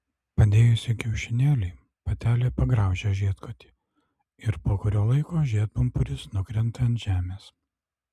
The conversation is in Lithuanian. padėjusi kiaušinėlį patelė pagraužia žiedkotį ir po kurio laiko žiedpumpuris nukrenta ant žemės